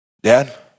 dad